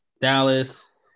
Dallas